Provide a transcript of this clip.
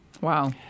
Wow